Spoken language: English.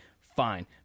fine